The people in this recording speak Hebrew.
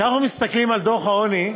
כשאנחנו מסתכלים על דוח העוני,